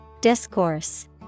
Discourse